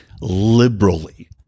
liberally